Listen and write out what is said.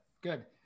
Good